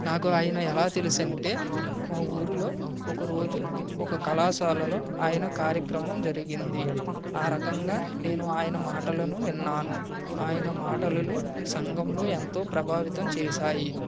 నాకు ఆయన ఎలా తెలుసు అంటే మా ఊరిలో ఒక రోజు ఒక కళాశాలలో ఆయన కార్యక్రమం జరిగింది ఆ రకంగా నేను ఆయన మాటలను విన్నాను ఆయన మాటలను సంఘంలో ఎంతో ప్రభావితం చేశాయి